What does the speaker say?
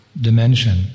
dimension